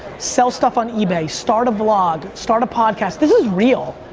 sell stuff on ebay, start a vlog, start a podcast, this is real.